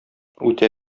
үтә